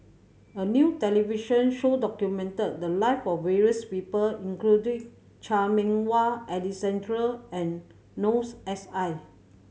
a new television show documented the live of various people including Chan Meng Wah Alexander and Noor S I